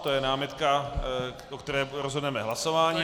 To je námitka, o které rozhodneme hlasováním.